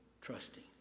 trusting